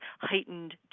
heightened